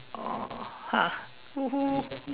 oh !huh! !woohoo!